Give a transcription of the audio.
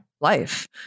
life